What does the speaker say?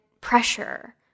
pressure